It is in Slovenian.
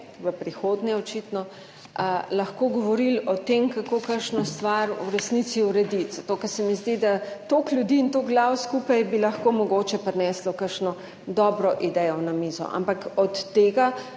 v prihodnje, očitno, lahko govorili o tem, kako kakšno stvar v resnici urediti, zato ker se mi zdi, da toliko ljudi in toliko glav skupaj bi lahko mogoče prineslo kakšno dobro idejo na mizo, ampak od tega